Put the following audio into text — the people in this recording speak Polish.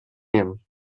miem